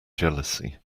jealousy